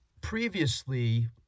previously